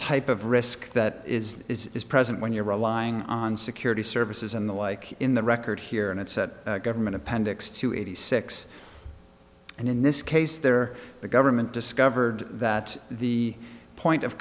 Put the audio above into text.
type of risk that is present when you're relying on security services and the like in the record here and it's a government appendix to eighty six and in this case there the government discovered that the point of